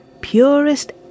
purest